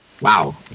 Wow